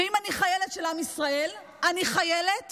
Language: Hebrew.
ואם אני חיילת של עם ישראל אני חיילת